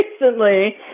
recently